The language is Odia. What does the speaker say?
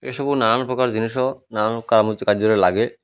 ଏସବୁ ନାନା ପ୍ରକାର ଜିନିଷ ନାନା କାମ କାର୍ଯ୍ୟରେ ଲାଗେ